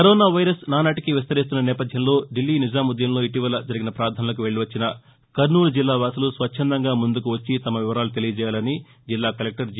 corona virus నానాటికీ విస్తరిస్తున్న నేపథ్యంలో దిల్లీ నిజాముద్దీన్లో ఇటీవల జరిగిన పార్లనలకు వెల్లి వచ్చిన కర్నూలు జిల్లా వాసులు స్వచ్చందంగా ముందుకు వచ్చి తమ వివరాలు తెలియజేయాలని జిల్లా కలెక్టర్ జి